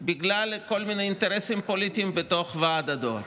בגלל כל מיני אינטרסים פוליטיים בתוך ועד הדואר.